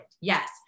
yes